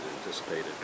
anticipated